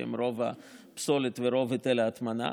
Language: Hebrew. שהן עם רוב הפסולת ורוב היטל ההטמנה,